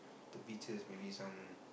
the beaches maybe some